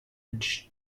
edge